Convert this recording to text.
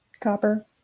Copper